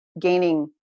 gaining